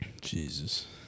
Jesus